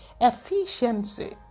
efficiency